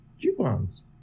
coupons